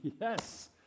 yes